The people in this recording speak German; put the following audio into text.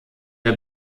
der